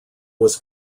was